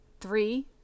three